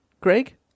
Greg